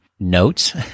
Notes